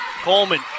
Coleman